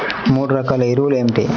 మూడు రకాల ఎరువులు ఏమిటి?